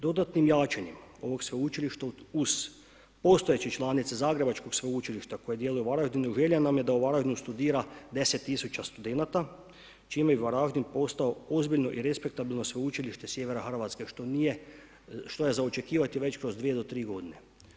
Dodatnim jačanjem ovog sveučilišta uz postojeće članice zagrebačkog sveučilišta koje djeluje u Varaždinu, želja nam je da u Varaždinu studira 10 tisuća studenata, čime bi Varaždin postao ozbiljno i respektabilno sveučilište sjevera Hrvatske, što je za očekivati već kroz dvije do tri godine.